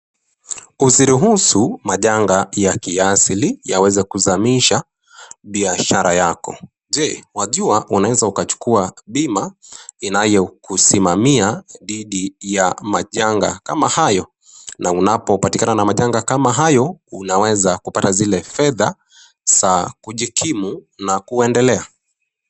Usiruhuhu majanga ya kiasili yaweze kuzamisha biashara yako. Je, wajua unaweza ukachukua bima, inayo kusimamia dhidhi ya majanga kama hayo? Na unapo patikana na majanga kama hayo, unaweza kupata zile fedha za kujikimu na kuendelea.